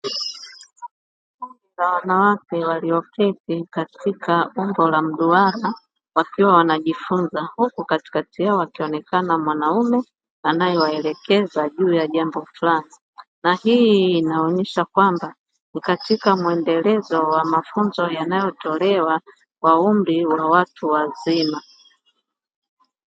Wanawake walioketi katika umbo la mduara, wakiwa wanajifunza huku katikati yao wakionekana mwanaume anayewaelekeza juu ya jambo fulani, na hii inaonyesha kwamba ni katika mwendelezo wa mafunzo yanayotolewa kwa umri wa watu wazima.